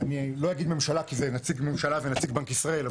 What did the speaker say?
אני לא אגיד ממשלה כי זה נציג ממשלה ונציג בנק ישראל,